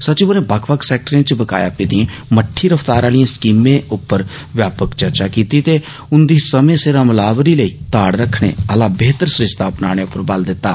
सचिव होरें बक्ख बक्ख सैक्टरें च बकाया पेदियें मट्ठी रफ्तार आह्लिएं स्कीमें उप्पर व्यापक चर्चा कीती ते उन्दी समें सिर अमलावरी लेई ताड़ रक्खने आह्ला बेहतर सरिस्ता अपनाने उप्पर बल दित्ता